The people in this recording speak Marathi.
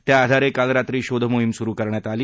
त्याआधारे काल काल रात्री शोधमोहीम सुरु करण्यात आली